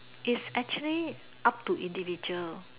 is actually up to individual